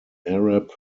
arab